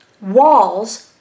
walls